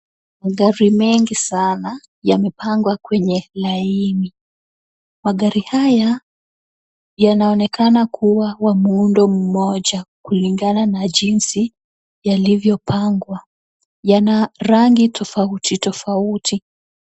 Magari mengi sana yamepangwa kwenye line . Magari haya yanaonekana kuwa wa muundo mmoja, kulinga na jinsi yalivyopangwa. Yana rangi tofauti tofauti.